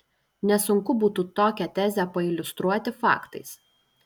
nesunku būtų tokią tezę pailiustruoti faktais